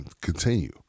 continue